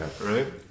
right